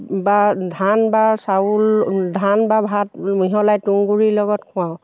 বা ধান বা চাউল ধান বা ভাত মিহলাই তুঁহগুৰিৰ লগত খোৱাওঁ